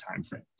timeframe